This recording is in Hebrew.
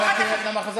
ואחר כך,